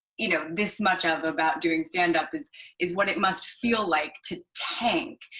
you know, this much of about doing stand-up is is what it must feel like to tank.